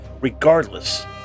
regardless